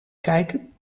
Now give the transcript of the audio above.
kijken